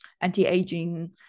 anti-aging